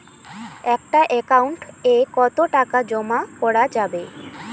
একটা একাউন্ট এ কতো টাকা জমা করা যাবে?